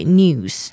news